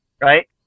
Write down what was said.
Right